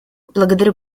благодарю